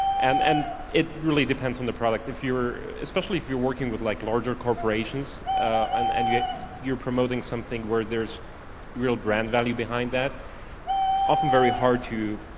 and and it really depends on the product. if you're especially if you're working with like larger corporations um and you get you're promoting something where there's real brand value behind that, it's often very hard to